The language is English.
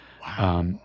Wow